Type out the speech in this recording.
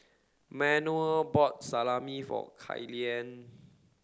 Manuel bought Salami for Killian